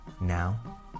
Now